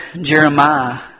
Jeremiah